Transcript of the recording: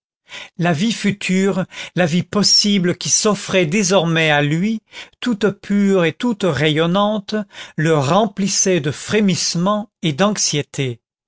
la vie future la vie possible qui s'offrait désormais à lui toute pure et toute rayonnante le remplissait de frémissements et d'anxiété